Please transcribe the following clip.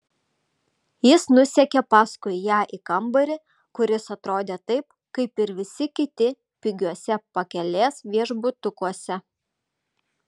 jis nusekė paskui ją į kambarį kuris atrodė taip kaip ir visi kiti pigiuose pakelės viešbutukuose